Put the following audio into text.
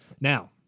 Now